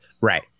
right